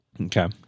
Okay